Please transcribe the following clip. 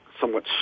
somewhat